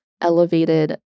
elevated